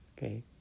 Okay